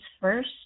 first